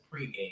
pregame